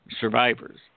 survivors